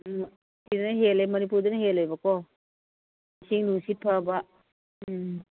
ꯎꯝ ꯁꯤꯗꯅ ꯍꯦꯜꯂꯦ ꯃꯅꯤꯄꯨꯔꯗꯅ ꯍꯦꯜꯂꯦꯕꯀꯣ ꯏꯁꯤꯡ ꯅꯨꯡꯁꯤꯠꯐꯕ ꯎꯝ